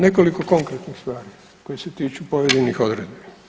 Nekoliko konkretnih stvari koji se tiču pojedinih odredbi.